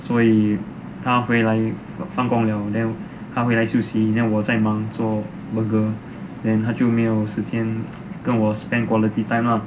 所以她回来放工 liao then 她回来休息 then 我在忙做 burger then 她就没有时间跟我 spend quality time lah